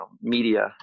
media